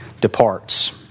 departs